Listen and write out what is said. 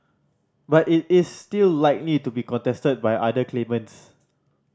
but it is still likely to be contested by other claimants